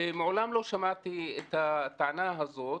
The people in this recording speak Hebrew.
ומעולם לא שמעתי את הטענה הזאת,